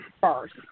first